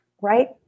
right